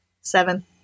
Seven